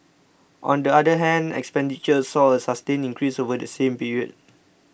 on the other hand expenditure saw a sustained increase over the same period